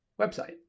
website